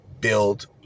build